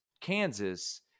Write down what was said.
Kansas